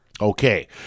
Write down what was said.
Okay